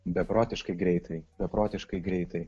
beprotiškai greitai beprotiškai greitai